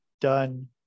done